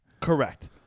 Correct